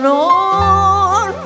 on